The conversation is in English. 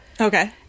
Okay